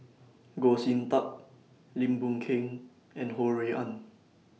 Goh Sin Tub Lim Boon Keng and Ho Rui An